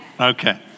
Okay